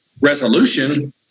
resolution